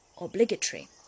obligatory